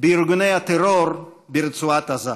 בארגוני הטרור ברצועת עזה.